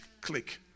click